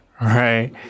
right